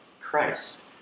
Christ